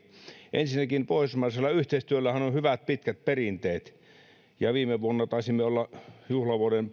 ensinnäkin pohjoismaisella yhteistyöllähän on on hyvät pitkät perinteet ja viime vuonna taisimme olla juhlavuoden